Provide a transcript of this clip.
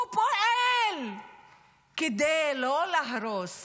הוא פועל כדי לא להרוס